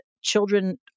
children